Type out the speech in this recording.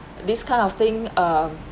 this kind of thing uh